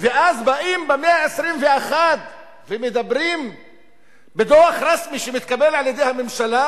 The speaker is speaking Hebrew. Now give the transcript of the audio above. ואז באים במאה ה-21 ומדברים בדוח רשמי שמתקבל על-ידי הממשלה